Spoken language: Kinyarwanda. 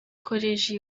koleji